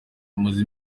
amaze